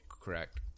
correct